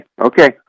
okay